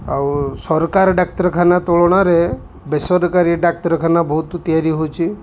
ଆଉ ସରକାର ଡାକ୍ତରଖାନା ତୁଳନାରେ ବେସରକାରୀ ଡାକ୍ତରଖାନା ବହୁତ ତିଆରି ହଉଛି